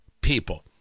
people